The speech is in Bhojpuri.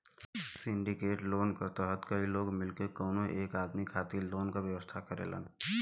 सिंडिकेट लोन क तहत कई लोग मिलके कउनो एक आदमी खातिर लोन क व्यवस्था करेलन